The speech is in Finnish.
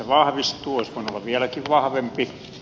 se olisi voinut olla vieläkin vahvempi